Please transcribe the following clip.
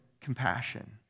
compassion